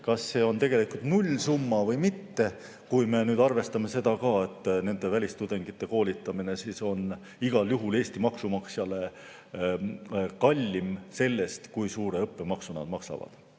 kas see on tegelikult nullsumma või mitte, kui me arvestame ka seda, et nende välistudengite koolitamine on igal juhul Eesti maksumaksjale kallim sellest, kui suure õppemaksu nad maksavad.